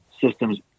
systems